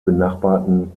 benachbarten